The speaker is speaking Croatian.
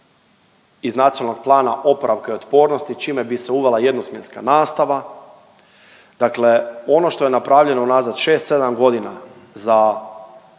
iz Nacionalnog plana oporavka i otpornosti čime bi se uvela jednosmjenska nastava. Dakle, ono što je napravljeno unazad 6-7 godina za